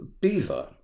Beaver